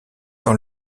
dans